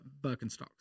Birkenstocks